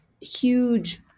huge